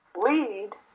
lead